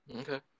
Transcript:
Okay